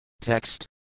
Text